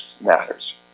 matters